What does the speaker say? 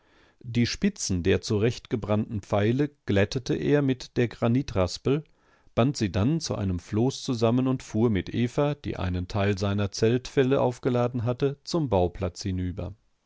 die spitzen der zurechtgebrannten pfeile glättete er mit der granitraspel band sie dann zu einem floß zusammen und fuhr mit eva die einen teil seiner zeltfelle aufgeladen hatte zum bauplatz hinüber